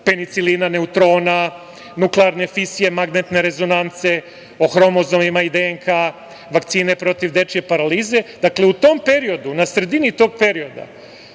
penicilina, neutrona, nuklearne fisije, magnetne rezonance o hromozomima i DNK vakcine protiv dečije paralize, dakle u tom periodu, na sredini tog perioda